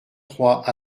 trois